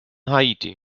haiti